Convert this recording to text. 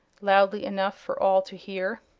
loudly enough for all to hear.